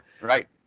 Right